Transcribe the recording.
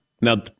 Now